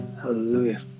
hallelujah